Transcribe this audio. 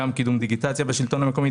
גם קידום דיגיטציה בשלטון המקומי,